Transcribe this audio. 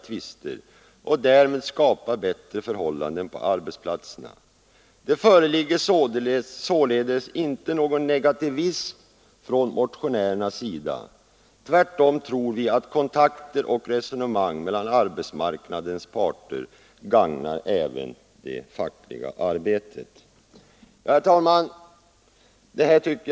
tvister och därmed skapa bättre förhållanden på arbetsplatserna. Det föreligger således inte någon negativism från motionärernas sida, tvärtom tror vi att kontakter och resonemang mellan arbetsmarknadens parter gagnar även det fackliga arbetet.” Herr talman!